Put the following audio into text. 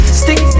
stick